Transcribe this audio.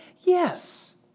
Yes